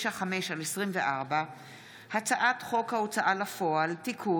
פ/2595/24 וכלה בהצעת חוק פ/2620/24: הצעת חוק ההוצאה לפועל (תיקון,